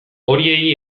horiei